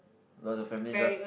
does your family drive